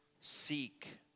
seek